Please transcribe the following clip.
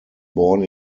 born